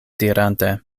dirante